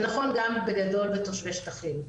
זה נכון גם בגדול בתושבי שטחים.